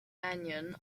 anion